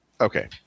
Okay